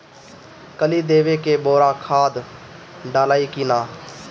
कली देवे के बेरा खाद डालाई कि न?